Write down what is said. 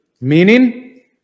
Meaning